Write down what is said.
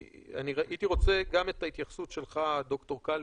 הייתי רוצה גם את ההתייחסות שלך, ד"ר קלינר,